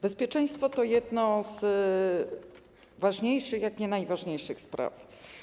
Bezpieczeństwo to jedna z ważniejszych, jak nie najważniejszych spraw.